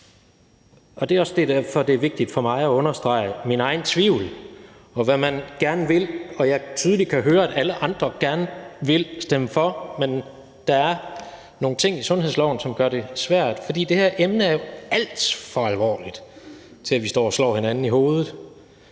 og det er også derfor, det er vigtigt for mig at understrege min egen tvivl om, hvad man gerne vil, hvor jeg tydeligt kan høre, at alle andre gerne vil stemme for, men der er nogle ting i sundhedsloven, som gør det svært. For det her emne er jo alt for alvorligt til, at vi står og slår hinanden i hovedet